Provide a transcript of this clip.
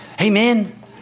Amen